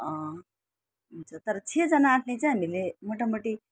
हुन्छ तर छजना आटँने चाहिँ हामीले मोटामोटी